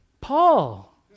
Paul